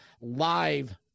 live